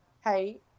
hey